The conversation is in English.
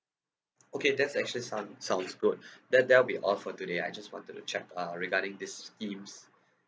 okay that's actually sound sounds good that that will be all for today I just wanted to check uh regarding these schemes